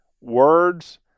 words